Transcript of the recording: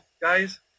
guys